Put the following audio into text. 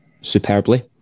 superbly